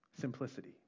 Simplicity